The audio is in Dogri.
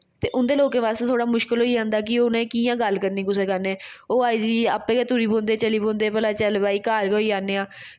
ते उं'दे लोकें कन्नै थोह्ड़ा मुश्कल होई जंदा कि उ'नें कि'यां गल्ल करनी कुसै कन्नै ओह् आई जाइयै आपें गै टुरी पौंदे चली पौंदा भला चल भाई घर गै होई औन्ने आं